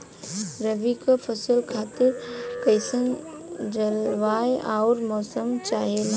रबी क फसल खातिर कइसन जलवाय अउर मौसम चाहेला?